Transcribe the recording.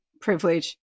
privilege